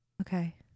Okay